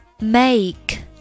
make